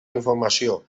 informació